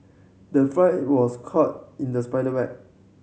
the fly was caught in the spider web